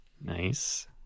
Nice